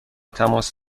تماس